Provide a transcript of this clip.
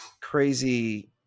crazy